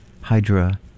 Hydra